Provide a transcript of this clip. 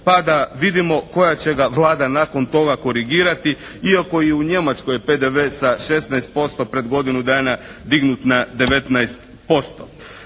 pa da vidimo koja će ga vlada nakon toga korigirati. Iako je i u Njemačkoj PDV sa 16% pred godinu dana dignut na 19%.